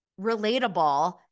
relatable